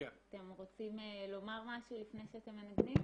אתם רוצים לומר משהו לפני שאתם מנגנים?